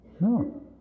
No